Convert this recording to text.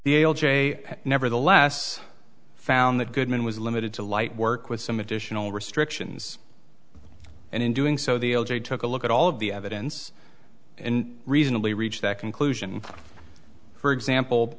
the nevertheless found that goodman was limited to light work with some additional restrictions and in doing so the l g took a look at all of the evidence and reasonably reached that conclusion for example